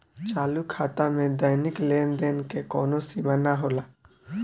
चालू खाता में दैनिक लेनदेन के कवनो सीमा ना होला